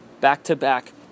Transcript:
back-to-back